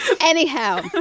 Anyhow